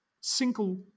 single